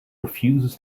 refuses